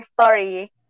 story